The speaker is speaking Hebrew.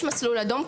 יש מסלול אדום.